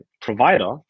provider